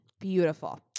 Beautiful